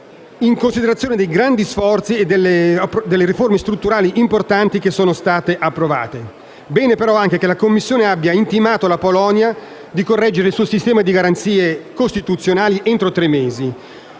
in considerazione dei grandi sforzi e delle riforme strutturali importanti che sono state approvate. È un bene anche che la Commissione abbia intimato alla Polonia di correggere il suo sistema di garanzie costituzionali entro tre mesi: